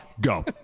Go